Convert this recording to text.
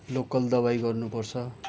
local दबाई गर्नुपर्छ